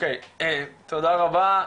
תודה רבה.